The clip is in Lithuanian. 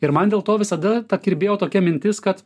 ir man dėl to visada ta kirbėjo tokia mintis kad